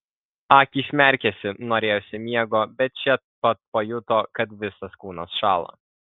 akys merkėsi norėjosi miego bet čia pat pajuto kad visas kūnas šąla